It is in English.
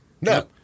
No